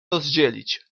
rozdzielić